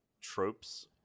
tropes